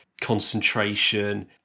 concentration